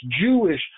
Jewish